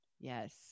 Yes